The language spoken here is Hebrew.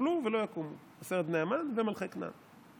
שייפלו ולא יקומו עשרת בני המן ומלכי כנען,